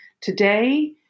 today